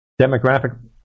demographic